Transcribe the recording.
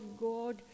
God